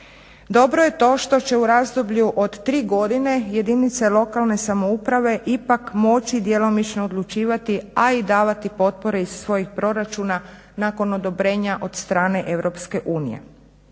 Dobro je to što će u razdoblju od 3 godine jedinice lokalne samouprave ipak moći djelomično odlučivati, a i davati potpore iz svojih proračuna nakon odobrenja od strane